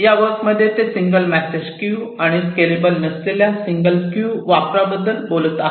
या वर्क मध्ये ते सिंगल मेसेज क्यू आणि स्केलेबल नसलेल्या सिंगल क्यू वापराबद्दल बोलत आहेत